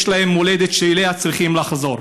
יש להם מולדת שאליה הם צריכים לחזור.